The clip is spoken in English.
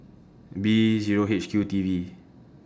B Zero H Q T V